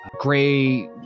Gray